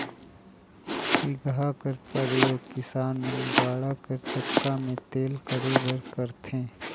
सिगहा कर परियोग किसान मन गाड़ा कर चक्का मे तेल करे बर करथे